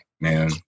man